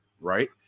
right